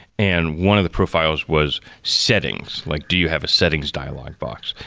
and one of the profiles was settings, like do you have a settings dialog box?